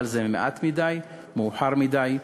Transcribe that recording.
אבל זה מעט מדי, מאוחר מדי,